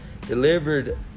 delivered